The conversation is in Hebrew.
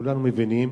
כולם מבינים